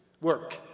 work